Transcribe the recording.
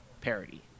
parody